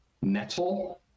metal